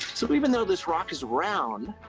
so even though this rock is round,